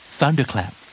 Thunderclap